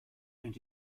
and